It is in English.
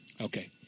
Okay